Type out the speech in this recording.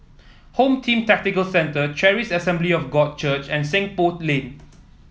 Home Team Tactical Centre Charis Assembly of God Church and Seng Poh Lane